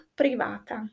privata